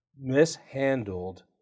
mishandled